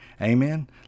Amen